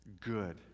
good